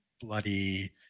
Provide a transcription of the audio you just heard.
bloody